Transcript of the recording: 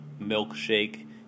Milkshake